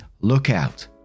lookout